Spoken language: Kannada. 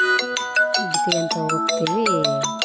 ಬಿತ್ಕೋತ ಹೋಗ್ತೀವಿ